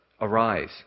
arise